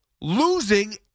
Losing